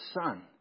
son